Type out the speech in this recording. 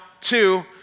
two